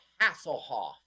hasselhoff